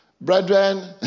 brethren